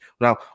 now